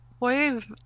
Wave